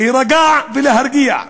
להירגע, להרגיע ולהקל.